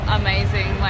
amazing